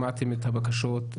שמעתם את הבקשות,